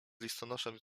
listonoszem